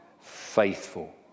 faithful